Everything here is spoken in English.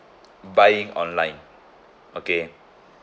buying online okay